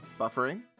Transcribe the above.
Buffering